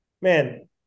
man